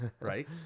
Right